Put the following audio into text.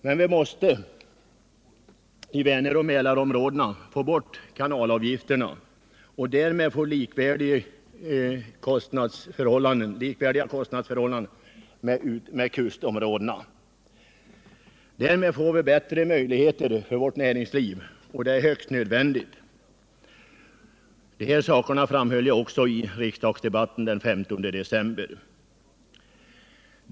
Men vi måste i Väneroch Mälarområdena få bort kanalavgifterna och därmed få kostnadsförhållanden som är likvärdiga med kustområdenas. Därmed får vi bättre möjligheter för vårt näringsliv, och det är högst nödvändigt. De synpunkterna framhöll jag också i riksdagsdebatten den 15 december.